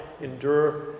endure